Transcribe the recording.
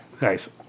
Nice